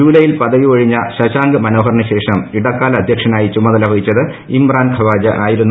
ജൂലൈയിൽ പദവി ഒഴിഞ്ഞ ശശാങ്ക് മനോഹറിന് ശേഷം ഇടക്കാല അധ്യക്ഷനായി ചുമതല വഹിച്ചത് ഇമ്രാൻ ഖവാജ ആയിരുന്നു